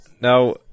now